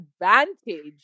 advantage